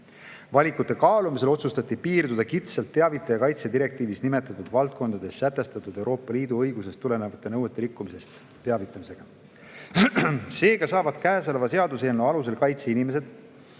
Valikute kaalumisel otsustati piirduda kitsalt teavitajate kaitse direktiivis nimetatud valdkondades sätestatud Euroopa Liidu õigusest tulenevate nõuete rikkumisest teavitamisega. Seega saavad käesoleva seaduseelnõu kohaselt kaitse inimesed,